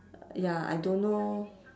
ya I don't know